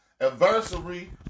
adversary